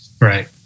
Right